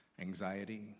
Anxiety